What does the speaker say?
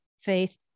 faith